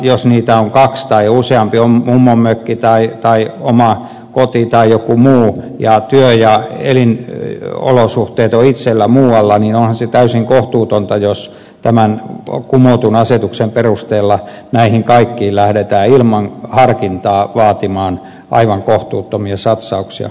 jos niitä on kaksi tai useampia on mummonmökki tai oma koti tai joku muu ja työ ja elinolosuhteet ovat itsellä muualla niin onhan se täysin kohtuutonta jos tämän kumotun asetuksen perusteella näihin kaikkiin lähdetään ilman harkintaa vaatimaan aivan kohtuuttomia satsauksia